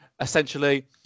essentially